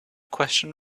question